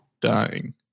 dying